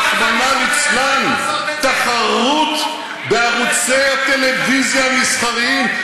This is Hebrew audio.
רחמנא ליצלן, תחרות בערוצי הטלוויזיה המסחריים.